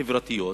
חברתיות